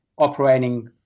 operating